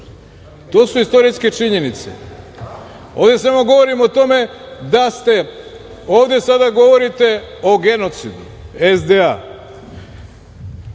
su istorijske činjenice, ovde samo govorimo o tome da ovde sada govorite o genocidu SDA.